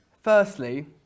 Firstly